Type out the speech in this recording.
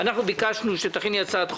ביקשנו שתכיני הצעת חוק.